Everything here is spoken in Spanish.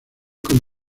con